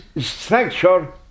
structure